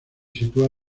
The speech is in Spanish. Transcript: sitúa